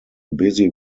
busy